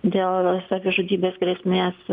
dėl savižudybės grėsmės